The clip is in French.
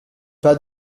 pas